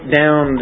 down